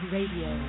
Radio